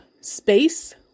space